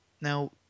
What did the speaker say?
Now